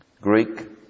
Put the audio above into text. Greek